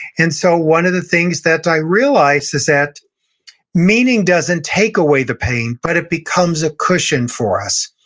and so one of the things that i realized is that meaning doesn't take away the pain, but it becomes a cushion for us.